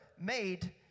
made